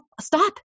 stop